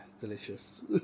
Delicious